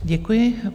Děkuji.